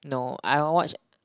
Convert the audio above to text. no I will watch